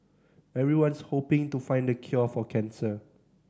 everyone's hoping to find the cure for cancer